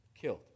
killed